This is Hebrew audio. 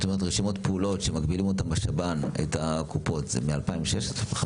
רשימות פעולות שמגבילים בשב"ן את הקופות זה מ-2015?